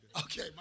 Okay